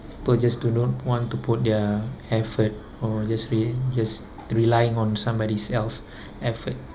people just do not want to put their effort or just re~ just relying on somebody's else effort